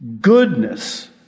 goodness